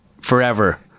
forever